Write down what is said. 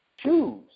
Choose